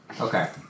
Okay